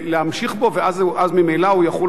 ואז ממילא הוא יחול על הרבה מאוד בתים?